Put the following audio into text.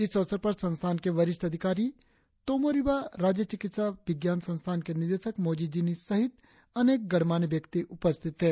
इस अवसर पर संस्थान के वरिष्ठ अधिकारी तोमो रिबा राज्य चिकित्सा विज्ञान संस्थान के निदेशक मोजी जिनी सहित अनेक गणमान्य व्यक्ति उपस्थित थे